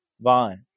vine